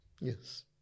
Yes